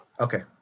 Okay